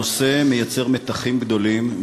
הנושא מייצר מתחים גדולים,